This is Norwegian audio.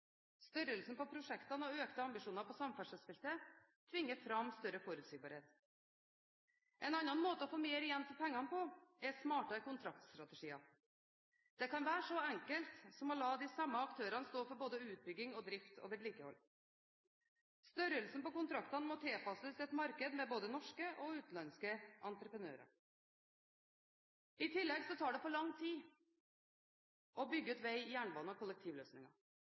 Størrelsen på prosjektene og økte ambisjoner på samferdselsfeltet tvinger fram større forutsigbarhet. En annen måte å få mer igjen for pengene på er smartere kontraktstrategier. Det kan være så enkelt som å la de samme aktørene stå for både utbygging og drift/vedlikehold. Størrelsen på kontraktene må tilpasses et marked med både norske og utenlandske entreprenører. I tillegg tar det for lang tid å bygge ut vei, jernbane og kollektivløsninger.